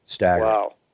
Wow